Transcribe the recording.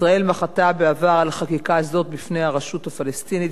ישראל מחתה בעבר על חקיקה זו בפני הרשות הפלסטינית